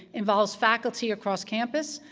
involves faculty across campus,